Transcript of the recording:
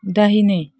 दाहिने